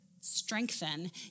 Strengthen